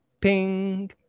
Ping